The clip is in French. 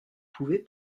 pouvez